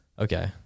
Okay